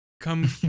Come